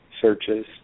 searches